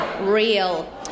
Real